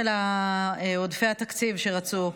של עודפי התקציב שרצו.